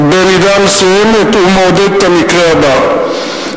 במידה מסוימת הוא מעודד את המקרה הבא.